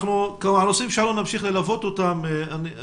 אנחנו נמשיך ללוות את הנושא.